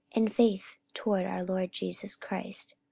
and faith toward our lord jesus christ.